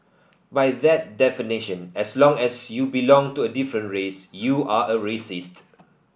by that definition as long as you belong to a different race you are a racist